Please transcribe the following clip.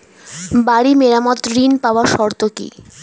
বাড়ি মেরামত ঋন পাবার শর্ত কি?